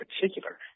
particular